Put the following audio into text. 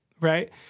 right